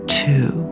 two